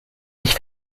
mich